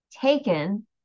taken